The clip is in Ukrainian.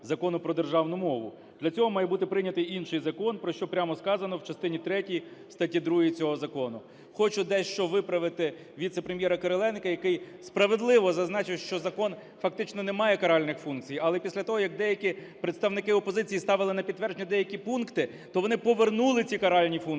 Закону про державну мову. Для цього має бути прийнятий інший закон, про що прямо сказано в частині третій статті 2 цього закону. Хочу дещо виправити віце-прем'єра Кириленка, який справедливо зазначив, що закон фактично не має каральних функцій. Але після того, як деякі представники опозиції ставили на підтвердження деякі пункти, то вони повернули ці каральні функції.